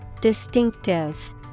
Distinctive